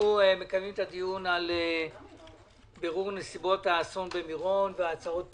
אנחנו מקיימים דיון על בירור נסיבות האסון במירון והצעות לפתרון.